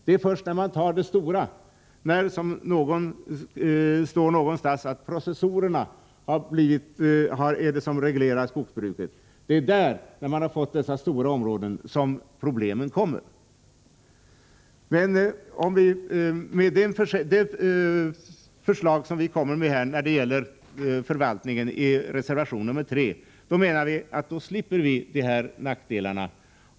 Det står någonstans att det är processorerna som reglerar skogsbruket. Det är när man fått dessa stora områden som problemen kommit. Med det förslag som vi kommer med i reservation 3 när det gäller förvaltningen slipper vi dessa nackdelar.